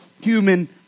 human